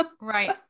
right